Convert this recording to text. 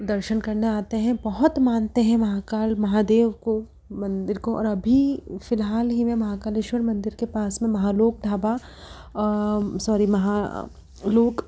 दर्शन करने आते हैं बहुत मानते हैं महाकाल महादेव को मंदिर को और अभी फ़िलहाल ही में महाकालेश्वर मंदिर के पास में महालोक ढाबा सॉरी महा लोक